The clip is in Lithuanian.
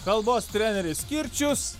kalbos treneris kirčius